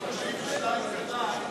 בסעיף 132,